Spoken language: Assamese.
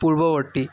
পূৰ্ৱবৰ্তী